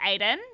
Aiden